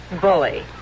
Bully